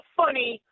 funny